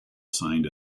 signed